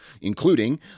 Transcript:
including